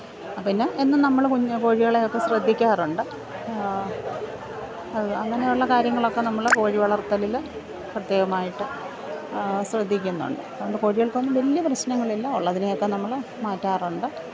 പിന്നെ എന്നും നമ്മൾ കുഞ്ഞ് കോഴികളെ ഒക്കെ ശ്രദ്ധിക്കാറുണ്ട് അങ്ങനെ ഉള്ള കാര്യങ്ങളൊക്കെ നമ്മൾ കോഴി വളർത്തലിൽ പ്രത്യേകമായിട്ട് ശ്രദ്ധിക്കുന്നുണ്ട് അതുകൊണ്ട് കോഴികൾക്കൊന്നും വലിയ പ്രശ്നങ്ങളില്ല ഉള്ളതിനെ ഒക്കെ നമ്മൾ മാറ്റാറുണ്ട്